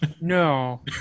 No